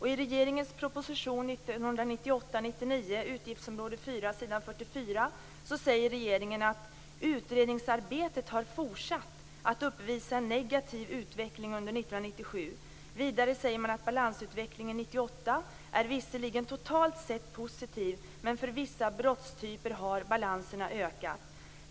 I regeringens proposition 1998/99:1 under utgiftsområde 4 på s. 44 säger regeringen att utredningsarbetet har fortsatt att uppvisa en negativ utvecklingen under 1997. Vidare säger man att balansutvecklingen 1998 visserligen är positiv totalt sett, men för vissa brottstyper har balanserna ökat.